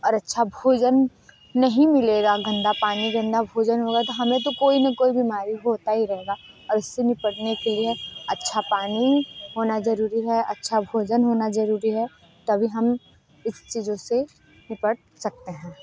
और अच्छा भोजन नहीं मिलेगा गंदा पानी भोजन होगा त हमें तो कोई न कोई बीमारी होता ही रहेगा और इससे निपटने के लिए अच्छा पानी होना ज़रूरी है अच्छा भोजन होना ज़रूरी है तभी हम इस चीज़ों से निपट सकते हैं